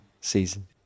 season